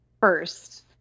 first